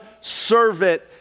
servant